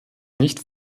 nicht